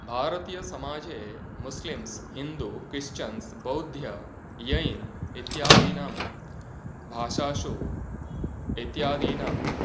भारतीयसमाजे Muslims Hindu Christians बौद्ध यैन् इत्यादीनां भाषासु इत्यादीनां